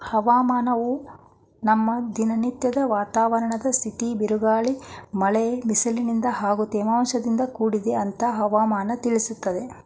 ಹವಾಮಾನವು ನಮ್ಮ ದಿನನತ್ಯದ ವಾತಾವರಣದ್ ಸ್ಥಿತಿ ಬಿರುಗಾಳಿ ಮಳೆ ಬಿಸಿಲಿನಿಂದ ಹಾಗೂ ತೇವಾಂಶದಿಂದ ಕೂಡಿದೆ ಅಂತ ಹವಾಮನ ತಿಳಿಸ್ತದೆ